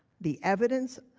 the evidence